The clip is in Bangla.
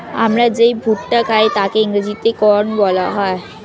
আমরা যে ভুট্টা খাই তাকে ইংরেজিতে কর্ন বলা হয়